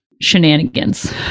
shenanigans